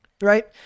right